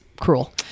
cruel